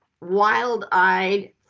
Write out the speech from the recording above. wild-eyed